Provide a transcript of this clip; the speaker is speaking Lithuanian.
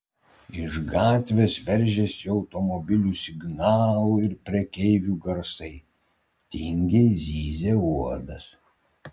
iš gatvės veržėsi automobilių signalų ir prekeivių garsai tingiai zyzė uodas